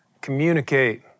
communicate